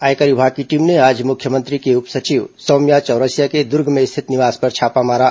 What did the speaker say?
आयकर विभाग की टीम ने आज मुख्यमंत्री के उप सचिव सौम्या चौरसिया के दुर्ग में स्थित निवास पर छापा मारा